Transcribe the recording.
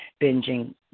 binging